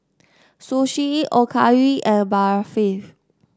Sushi Okayu and Barfi